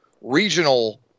Regional